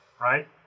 right